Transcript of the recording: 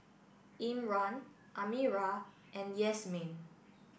Imran Amirah and Yasmin